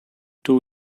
two